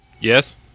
Yes